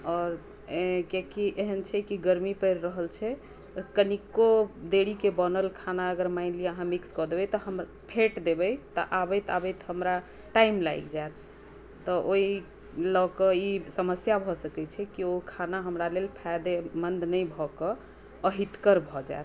आओर कियाकी एहन छै कि गर्मी पड़ि रहल छै आ कनिको देरीके बनल खाना अगर मानि लिअ अहाँ मिक्स कऽ देबै मतलब फेँट देबै तऽ आबैत आबैत हमरा टाइम लागि जायत तऽ ओहि लऽ कऽ ई समस्या भऽ सकैत छै कि ओ खाना हमरा लेल फायदेमन्द नहि भऽ कऽ अहितकर भऽ जायत